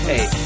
Hey